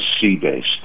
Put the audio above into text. sea-based